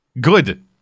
good